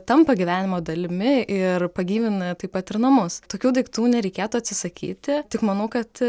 tampa gyvenimo dalimi ir pagyvina taip pat ir namus tokių daiktų nereikėtų atsisakyti tik manau kad